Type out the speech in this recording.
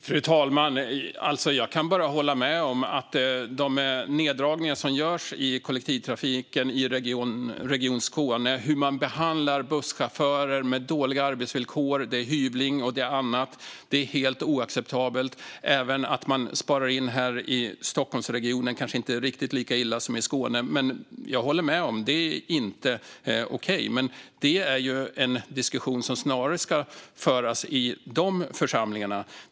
Fru talman! Jag kan bara hålla med om att de neddragningar som görs i kollektivtrafiken i Region Skåne och hur man behandlar busschaufförer med dåliga arbetsvillkor, hyvling och annat, är helt oacceptabelt. Man sparar in också här i Stockholmsregionen, men det kanske inte är riktigt lika illa som i Skåne. Jag håller med om att det inte är okej. Men det är en diskussion som snarare ska föras i de församlingarna.